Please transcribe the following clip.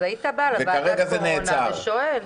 אז היית בא לוועדת הקורונה ושואל.